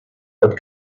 but